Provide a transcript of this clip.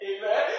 Amen